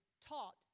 taught